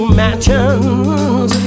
mansions